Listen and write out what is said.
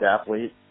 athlete